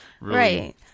right